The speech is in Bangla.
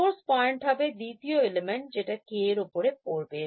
Source Point হবে দ্বিতীয় element যেটা K এর উপর পড়বে